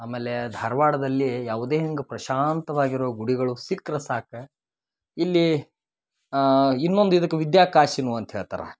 ಆಮೇಲೆ ಧಾರ್ವಾಡದಲ್ಲಿ ಯಾವುದೇ ಹಿಂಗೆ ಪ್ರಶಾಂತವಾಗಿರುವ ಗುಡಿಗಳು ಸಿಕ್ಕರೆ ಸಾಕು ಇಲ್ಲಿ ಇನ್ನೊಂದು ಇದಕ್ಕೆ ವಿದ್ಯಾಕಾಶಿ ಅಂತ ಹೇಳ್ತಾರೆ